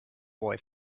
boy